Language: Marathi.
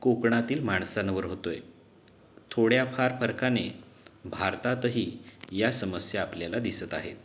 कोकणातील माणसांवर होत आहे थोड्याफार फरकाने भारतातही या समस्या आपल्याला दिसत आहेत